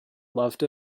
loved